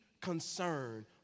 concern